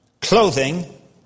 clothing